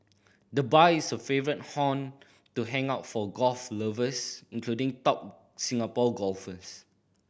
the bar is a favourite haunt to hang out for golf lovers including top Singapore golfers